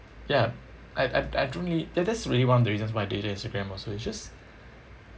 yah I I I don't really ya that's really one of the reasons why I deleted Instagram also it's just